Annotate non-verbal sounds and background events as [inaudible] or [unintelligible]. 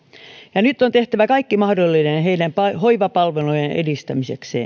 ja nyt on tehtävä kaikki mahdollinen heidän hoivapalveluidensa edistämiseksi [unintelligible]